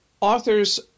authors